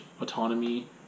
autonomy